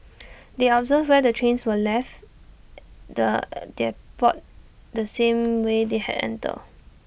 they observed where the trains were and left the depot the same way they had entered